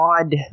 odd